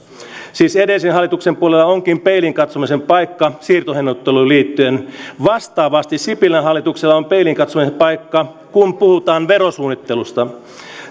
siis edellisen hallituksen puolueilla onkin peiliin katsomisen paikka siirtohinnoitteluun liittyen vastaavasti sipilän hallituksella on peiliin katsomisen paikka kun puhutaan verosuunnittelusta